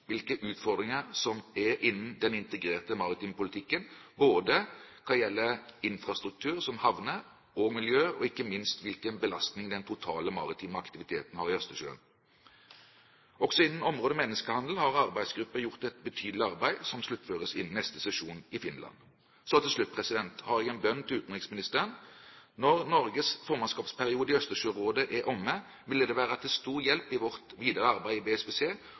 hvilke utfordringer som er innenfor den integrerte maritime politikken, både hva gjelder infrastruktur, som havner, og miljø, og ikke minst hvilken belastning den totale maritime aktiviteten har i Østersjøen. Også innenfor området menneskehandel har arbeidsgruppen gjort et betydelig arbeid som sluttføres innen neste sesjon i Finland. Til slutt har jeg en bønn til utenriksministeren. Når Norges formannskapsperiode i Østersjørådet er omme, ville det vært til stor hjelp i vårt videre arbeid i BSPC